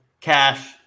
cash